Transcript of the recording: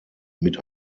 mit